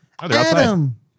Adam